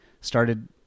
started